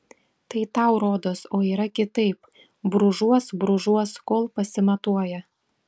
tai tau rodos o yra kitaip brūžuos brūžuos kol pasimatuoja